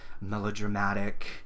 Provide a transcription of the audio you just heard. melodramatic